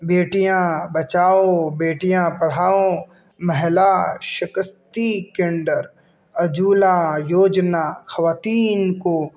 بیٹیاں بچاؤ بیٹیاں پڑھاؤ مہلا شکستی کینڈر اجولا یوجنا خواتین کو